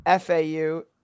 FAU